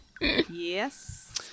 Yes